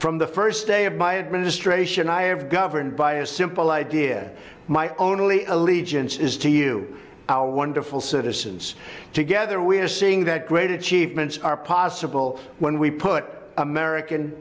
from the st day of my administration i have governed by a simple idea my only allegiance is to you our wonderful citizens together we're seeing that great achievements are possible when we put american